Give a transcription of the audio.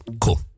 Cool